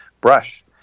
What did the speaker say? brush